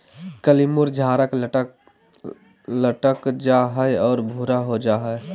कली मुरझाकर लटक जा हइ और भूरा हो जा हइ